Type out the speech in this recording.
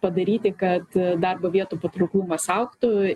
padaryti kad darbo vietų patrauklumas augtų